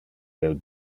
del